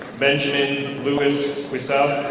benjamin lewis wissail.